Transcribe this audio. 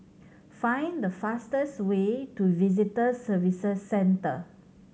find the fastest way to Visitor Services Centre